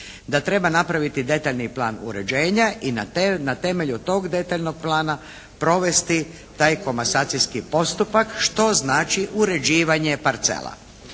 da treba napraviti detaljni plan uređenja i na temelju tog detaljnog plana provesti taj komasacijski postupak što znači uređivanje parcela.